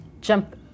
jump